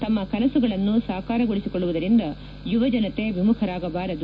ತಮ್ನ ಕನಸುಗಳನ್ನು ಸಾಕಾರಗೊಳಿಸಿಕೊಳ್ಳುವುದರಿಂದ ಯುವ ಜನತೆ ವಿಮುಖರಾಗಬಾರದು